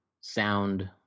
sound